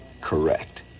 correct